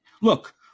Look